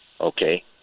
Okay